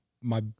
my-